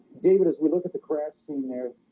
david as we look at the crash scene there